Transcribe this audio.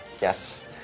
Yes